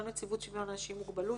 גם על ידי נציבות שוויון אנשים עם מוגבלות,